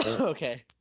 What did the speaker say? Okay